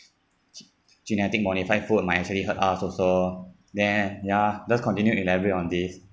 ge~ genetic modified food might actually hurt us also then ya let's continue elaborate on this